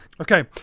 Okay